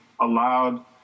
allowed